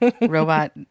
robot